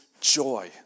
joy